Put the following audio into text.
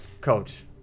Coach